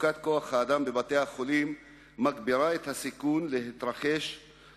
מצוקת כוח-האדם בבתי-החולים מגבירה את הסיכון להתרחשותן